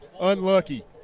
unlucky